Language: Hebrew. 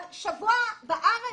היה שבוע בארץ,